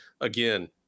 Again